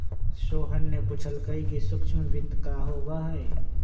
सोहन ने पूछल कई कि सूक्ष्म वित्त का होबा हई?